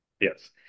Yes